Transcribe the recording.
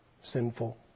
sinful